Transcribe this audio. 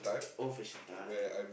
old fashion type